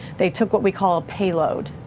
they took what we call a payload.